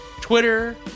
twitter